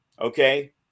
Okay